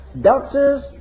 doctors